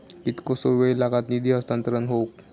कितकोसो वेळ लागत निधी हस्तांतरण हौक?